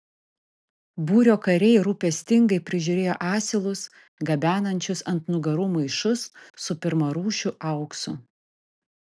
būrio kariai rūpestingai prižiūrėjo asilus gabenančius ant nugarų maišus su pirmarūšiu auksu